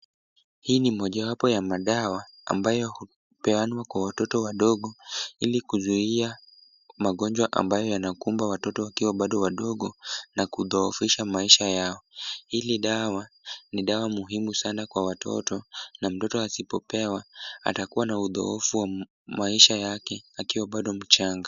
Hii ni mojawapo ya madawa ambayo hupeanwa kwa watoto wadogo ili kuzuia magonjwa ambayo yanakumba watoto wakiwa bado wadogo na kudhoofisha maisha yao. Hili dawa ni dawa muhimu sana kwa watoto na mtoto asipopewa atakuwa na udhoofu wa maisha yake akiwa bado mchanga.